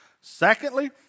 Secondly